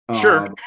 Sure